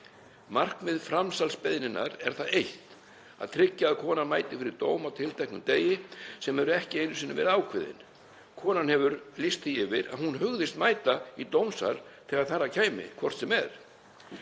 Markmið framsalsbeiðninnar er það eitt að tryggja að konan mæti fyrir dóm á tilteknum degi sem hefur eru ekki einu sinni verið ákveðinn. Konan hefur lýst því yfir að hún hugðist mæta í dómsal þegar þar að kæmi hvort sem er.